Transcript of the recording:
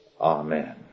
Amen